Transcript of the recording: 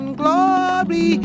glory